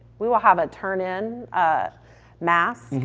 we will have a turn in mask.